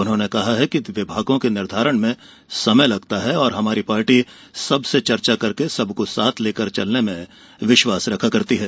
उन्होंने कहा कि विभागों के निर्धारण में समय लगता है और हमारी पार्टी सबसे चर्चा करके सबको साथ लेकर चलने में विश्वास रखती है